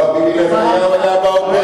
לא, ביבי נתניהו היה באופוזיציה.